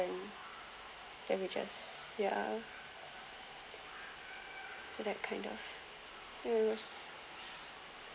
then we just ya so that kind of